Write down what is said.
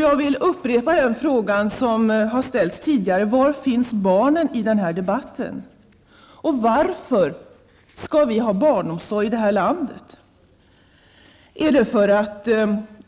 Jag vill upprepa följande tidigare ställda fråga: Var finns barnen i den här debatten, och varför skall vi ha barnomsorg i vårt land? Är det för att